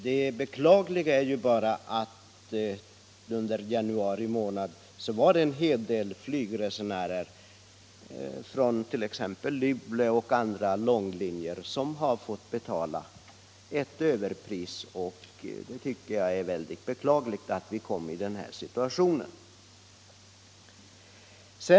Det beklagliga är ju 10 februari 1976 bara att under januari månad var det en hel del flygresenärer från Luleå och på andra långlinjer som fick betala ett överpris. Jag tycker som sagt Om prishöjningaratt det är mycket beklagligt att vi kom i den situationen.